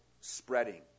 spreading